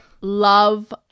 love